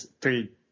three